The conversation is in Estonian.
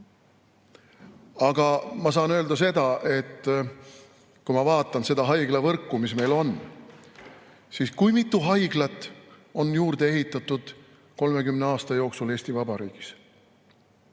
Aga ma saan öelda seda, et kui ma vaatan seda haiglavõrku, mis meil on, siis kui mitu haiglat on juurde ehitatud 30 aasta jooksul Eesti Vabariigis.